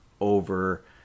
over